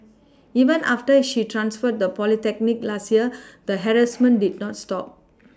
even after she transferred the polytechnic last year the harassment did not stop